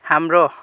हाम्रो